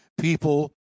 people